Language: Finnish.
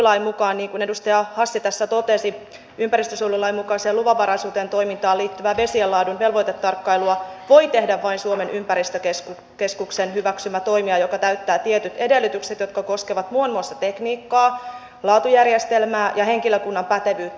nykylain mukaan niin kuin edustaja hassi tässä totesi ympäristönsuojelulain mukaiseen luvanvaraiseen toimintaan liittyvää vesien laadun velvoitetarkkailua voi tehdä vain suomen ympäristökeskuksen hyväksymä toimija joka täyttää tietyt edellytykset jotka koskevat muun muassa tekniikkaa laatujärjestelmää ja henkilökunnan pätevyyttä